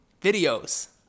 videos